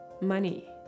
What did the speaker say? money